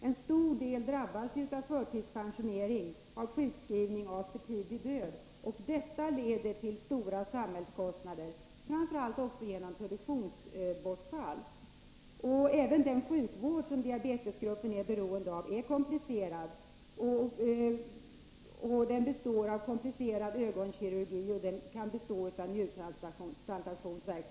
En stor del av dessa människor drabbas av förtidspensionering, av sjukskrivning och av för tidig död. Detta leder till stora samhällskostnader, framför allt genom produktionsbortfall. Även den sjukvård som diabetesgruppen är beroende av är komplicerad — den består många gånger av komplicerad ögonkirurgi, och den kan bestå av njurtransplantationer.